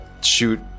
shoot